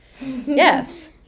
Yes